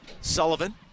Sullivan